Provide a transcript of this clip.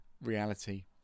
reality